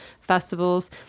festivals